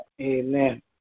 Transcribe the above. Amen